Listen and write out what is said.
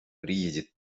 приедет